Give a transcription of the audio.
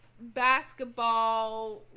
basketball